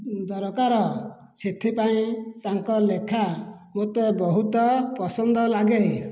ଦରକାର ସେଥିପାଇଁ ତାଙ୍କ ଲେଖା ମୋତେ ବହୁତ ପସନ୍ଦ ଲାଗେ